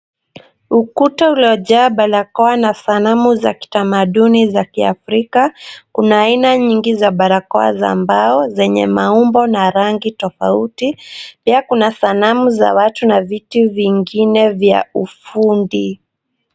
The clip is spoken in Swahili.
Ukuta uliojaa barakoa na sanamu za kitamanduni za kiafrika. Kuna aina nyingi za barakoa za mbao zenye maumbo na rangi tofauti. Pia kuna sanamu za watu na vitu vingine vya ufundi.